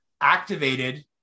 activated